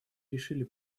решили